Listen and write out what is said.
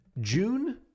June